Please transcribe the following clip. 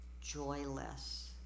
joyless